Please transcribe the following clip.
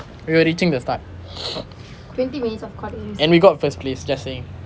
we were reaching the start and we got first place just saying